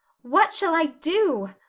what shall i do?